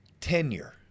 tenure